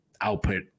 output